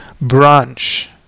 branch